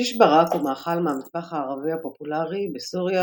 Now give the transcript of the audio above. שישברק הוא מאכל מהמטבח הערבי הפופולרי בסוריה,